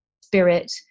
spirit